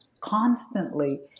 constantly